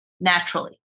naturally